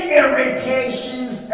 irritations